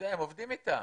הם עובדים אתם.